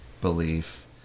belief